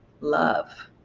love